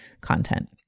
content